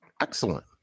Excellent